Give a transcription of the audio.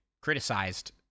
criticized